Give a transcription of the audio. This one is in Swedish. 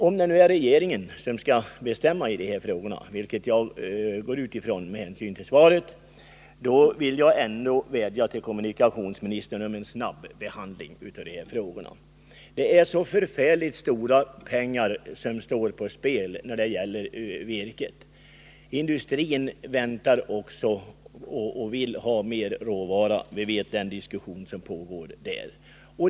Om det nu är regeringen som skall bestämma i de här frågorna — vilket jag utgår från med tanke på svaret — vill jag ändå vädja till kommunikationsministern om en snabb positiv behandling av saken. Det är så förfärligt stora pengar som står på spel när det gäller virket. Industrin väntar också och vill ha mer råvara — vi känner till den diskussion som pågår där.